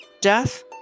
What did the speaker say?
Death